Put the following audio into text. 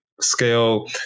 scale